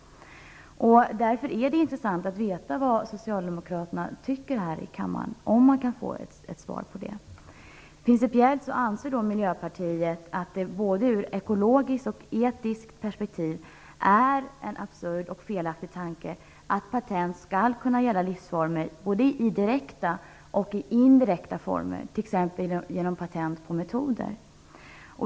Därför är det intressant att veta vad socialdemokraterna här i kammaren tycker, om man kan få ett svar på det. Principiellt anser Miljöpartiet att det både ur ekologiskt och ur etiskt perspektiv är en absurd och felaktig tanke att patent skall kunna gälla livsformer, både direkt och indirekt, t.ex. genom patent på metoder.